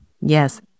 Yes